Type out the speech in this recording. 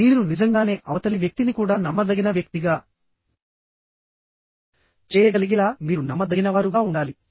మీరు నిజంగానే అవతలి వ్యక్తిని కూడా నమ్మదగిన వ్యక్తిగా చేయగలిగేలా మీరు నమ్మదగినవారుగా ఉండాలి